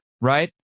Right